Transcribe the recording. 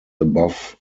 above